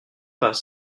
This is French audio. pas